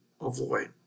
avoid